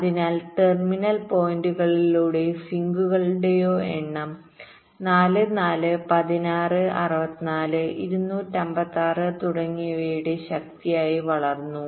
അതിനാൽ ടെർമിനൽ പോയിന്റുകളുടെയോ സിങ്കുകളുടെയോ എണ്ണം 4 4 16 64 256 തുടങ്ങിയവയുടെ ശക്തിയായി വളർന്നു